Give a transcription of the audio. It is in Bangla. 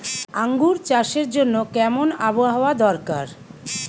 আঙ্গুর চাষের জন্য কেমন আবহাওয়া দরকার?